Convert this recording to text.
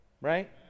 Right